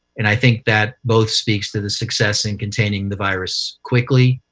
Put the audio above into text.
and i think that both speaks to the success in containing the virus quickly,